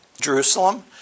Jerusalem